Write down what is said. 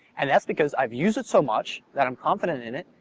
and that's because i've used it so much that i'm confident in it,